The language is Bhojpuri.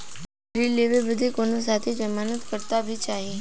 ऋण लेवे बदे कउनो साथे जमानत करता भी चहिए?